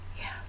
Yes